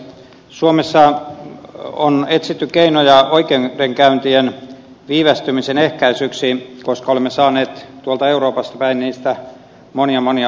suomessa on etsitty keinoja oikeudenkäyntien viivästymisen ehkäisyksi koska olemme saaneet tuolta euroopasta päin niistä monia monia huomautuksia